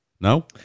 No